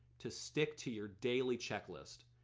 to stick to your daily checklist.